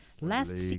last